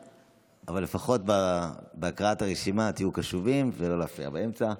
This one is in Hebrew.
ולפחות בהקראת הרשימה תהיו קשובים ולא להפריע באמצע: